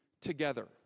together